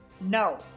no